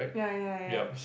ya ya ya